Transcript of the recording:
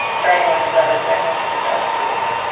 for anyone who's ever been to grad school,